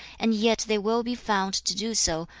and yet they will be found to do so,